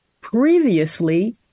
previously